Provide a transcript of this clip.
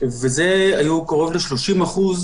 לא לשלם מזונות לילדים